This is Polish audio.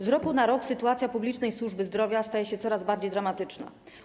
Z roku na rok sytuacja publicznej służby zdrowia staje się coraz bardziej dramatyczna.